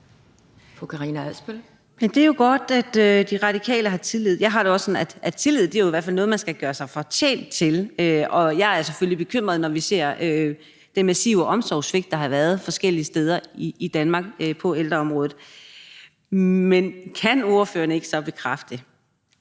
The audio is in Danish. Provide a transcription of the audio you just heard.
Det er jo godt, at De Radikale har tillid. Jeg har det også sådan, at tillid i hvert fald er noget, man skal gøre sig fortjent til, og jeg er selvfølgelig bekymret, når vi ser det massive omsorgssvigt, der har været forskellige steder i Danmark på ældreområdet. Men kan ordføreren så ikke bekræfte, at